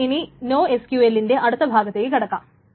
നമുക്ക് ഇനി നോഎസ്ക്യൂഎലിന്റെ അടുത്ത ഭാഗത്തേക്ക് കടക്കാം